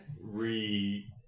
re-